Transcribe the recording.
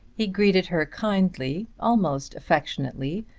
he greeted her kindly, almost affectionately,